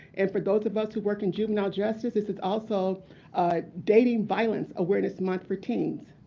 and for those of us who work in juvenile justice, this is also dating violence awareness month for teens.